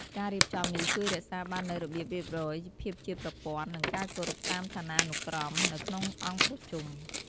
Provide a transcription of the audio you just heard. ការរៀបចំនេះជួយរក្សាបាននូវរបៀបរៀបរយ ភាពជាប្រព័ន្ធ និងការគោរពតាមឋានានុក្រមនៅក្នុងអង្គប្រជុំ។